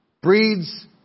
breeds